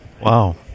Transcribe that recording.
Wow